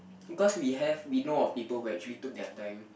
because we have we know of people who actually took their time